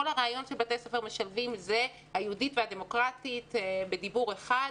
כל הרעיון של בתי-ספר משלבים זה היהודית והדמוקרטית בדיבור אחד.